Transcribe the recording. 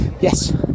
yes